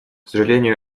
сожалению